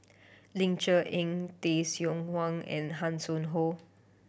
Ling Cher Eng Tay Seow Huah and Hanson Ho